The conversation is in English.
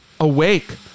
awake